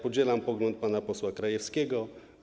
Podzielam pogląd pana posła Krajewskiego.